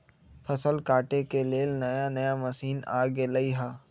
फसल काटे के लेल नया नया मशीन आ गेलई ह